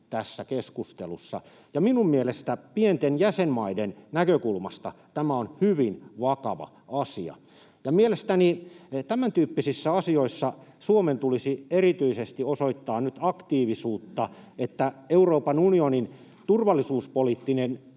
tässä keskustelussa, ja minun mielestäni pienten jäsenmaiden näkökulmasta tämä on hyvin vakava asia. Mielestäni Suomen tulisi nyt erityisesti osoittaa aktiivisuutta tämäntyyppisissä asioissa, että Euroopan unionin turvallisuuspoliittinen